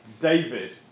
David